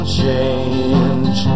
change